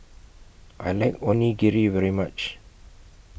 I like Onigiri very much